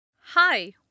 Hi